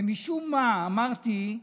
ומשום מה אמרתי: